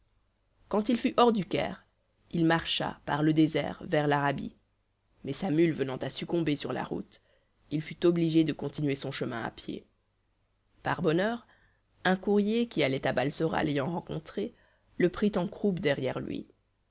quand il fut hors du caire il marcha par le désert vers l'arabie mais sa mule venant à succomber sur la route il fut obligé de continuer son chemin à pied par bonheur un courrier qui allait à balsora l'ayant rencontré le prit en croupe derrière lui